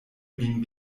lin